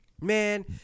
Man